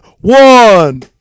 One